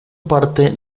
parte